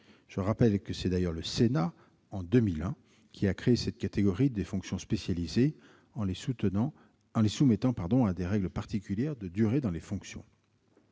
Je rappelle que c'est d'ailleurs le Sénat qui, en 2001, a créé cette catégorie des fonctions spécialisées en les soumettant à des règles particulières de durée dans les fonctions.